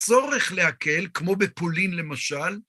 צורך להקל, כמו בפולין למשל.